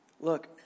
look